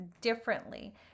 differently